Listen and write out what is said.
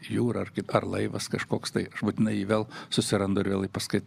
jūra ar laivas kažkoks tai aš būtinai jį vėl susirandu ir vėl paskui